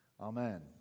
Amen